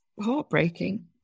heartbreaking